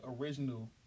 original